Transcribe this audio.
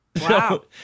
Wow